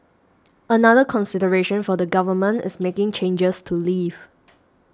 another consideration for the Government is making changes to leave